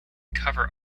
cover